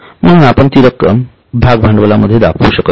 म्हणून आपण ती रक्कम भागभांडवला मध्ये दाखवू शकत नाही